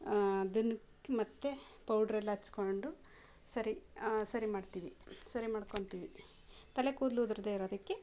ಅದನ್ನು ಮತ್ತೆ ಪೌಡ್ರೆಲ್ಲ ಹಚ್ಕೊಂಡು ಸರಿ ಸರಿ ಮಾಡ್ತೀವಿ ಸರಿ ಮಾಡ್ಕೊತಿವಿ ತಲೆ ಕೂದಲು ಉದರದೇ ಇರೋದಕ್ಕೆ